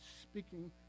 speaking